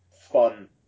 fun